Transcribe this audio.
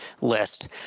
list